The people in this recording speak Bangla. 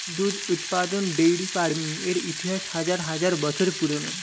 দুধ উৎপাদন ডেইরি ফার্মিং এর ইতিহাস হাজার হাজার বছর পুরানো